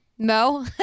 no